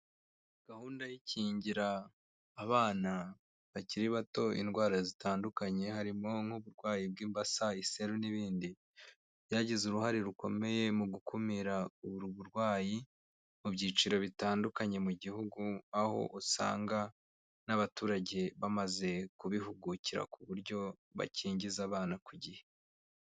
Gahunda y'ikingira abana bakiri bato indwara zitandukanye harimo nk'uburwayi bw'imbasa, iseru n'ibindi byagize uruhare rukomeye mu gukumira ubu burwayi mu byiciro bitandukanye mu gihugu aho usanga n'abaturage bamaze kubihugukira ku buryo bakingiza abana ku gihe.